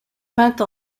peinte